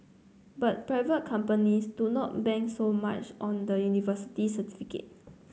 but private companies do not bank so much on the university certificate